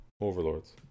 overlords